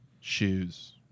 Shoes